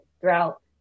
throughout